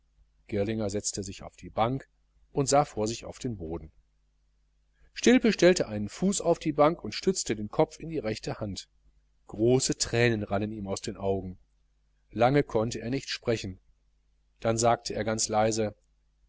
girlinger setzte sich auf die bank und sah vor sich auf den boden stilpe stellte einen fuß auf die bank und stützte den kopf in die rechte hand große thränen rannen ihm aus den augen lange konnte er nicht sprechen dann sagte er ganz leise